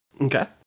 Okay